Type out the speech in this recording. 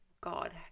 god